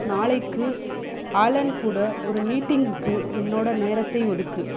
நாளைக்கு ஆலன் கூட ஒரு மீட்டிங்குக்கு என்னோட நேரத்தை ஒதுக்கு